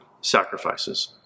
sacrifices